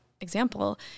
example